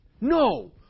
No